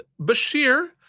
Bashir